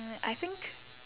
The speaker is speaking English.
I think